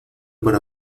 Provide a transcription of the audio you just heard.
para